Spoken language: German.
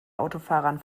autofahrern